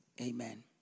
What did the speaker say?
Amen